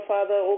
Father